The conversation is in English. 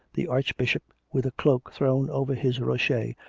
the archbishop, with a cloak throwh over his rochet,